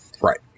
Right